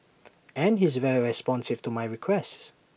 and he's very responsive to my requests